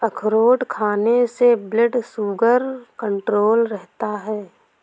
अखरोट खाने से ब्लड शुगर कण्ट्रोल रहता है